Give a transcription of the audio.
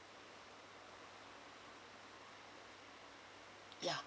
ya